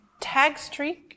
Tagstreak